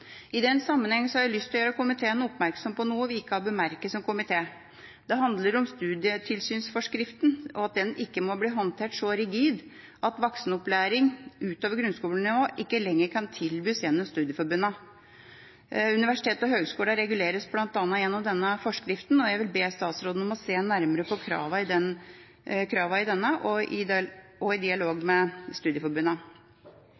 I den sammenhengen har jeg lyst til å gjøre komiteen oppmerksom på noe vi ikke har bemerket som komité. Det handler om at studietilsynsforskriften ikke må bli håndtert så rigid at voksenopplæring utover grunnskolenivå ikke lenger kan tilbys gjennom studieforbundene. Universitetene og høyskolene reguleres bl.a. gjennom denne forskriften, og jeg vil be statsråden se nærmere på kravene i denne i dialog med studieforbundene. Så er jeg veldig glad for at en samlet komité har valgt å nevne små og